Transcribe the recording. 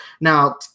Now